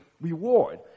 reward